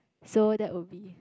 so that would be